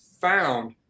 found